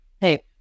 hey